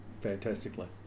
Fantastically